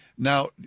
Now